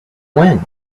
when